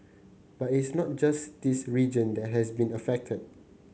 but it's not just this region that has been affected